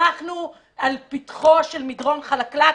אנחנו על פתחו של מדרון חלקלק,